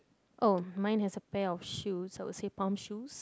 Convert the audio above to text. oh mine has a pair of shoes I will say pump shoes